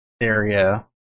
area